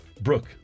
Brooke